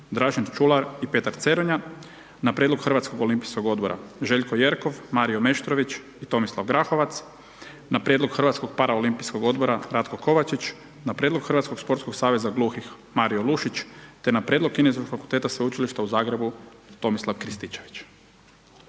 Dražen Čular i Petar Ceronja, na prijedlog Hrvatskog olimpijskog odbora Željko Jerkov, Mario Meštrović i Tomislav Grahovac, na prijedlog Hrvatskog paraolimpijskog odbora Ratko Kovačić, na prijedlog Hrvatskog sportskog saveza gluhih Mario Lušić te na prijedlog KIF-a Sveučilišta u Zagrebu Tomislav Krističević.